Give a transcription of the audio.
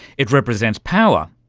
it represents power,